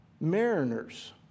mariners